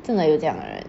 真的有这样的人